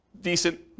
decent